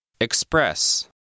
Express